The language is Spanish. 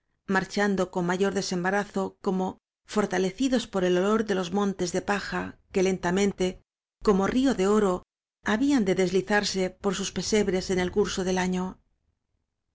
marchando con mayor desembarazo como fortalecidos por el olor de los montes de paja que lentamente como río de oro habían de deslizarse por sus pesebres en el curso del año